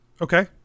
Okay